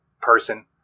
person